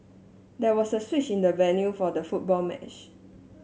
there was a switch in the venue for the football match